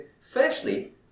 firstly